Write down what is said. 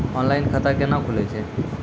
Online खाता केना खुलै छै?